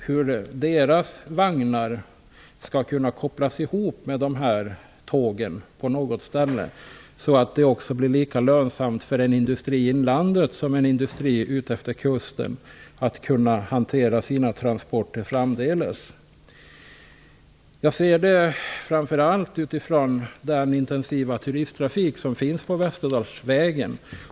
Hur skall vagnarna kunna kopplas ihop så att det blir lika lönsamt för industrin i inlandet som för industrin ut efter kusten att hantera sina transporter framdeles? Jag tänker framför allt på den intensiva turisttrafik som finns på Västerdalsvägen.